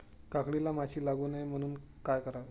काकडीला माशी लागू नये म्हणून काय करावे?